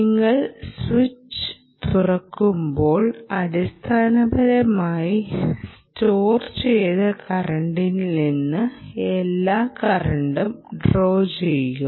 നിങ്ങൾ സ്വിച്ച് തുറക്കുമ്പോൾ അടിസ്ഥാനപരമായി സ്റ്റോർ ചെയ്ത കറന്റിൽ നിന്ന് എല്ലാ കറന്റും ഡ്രോ ചെയ്യുക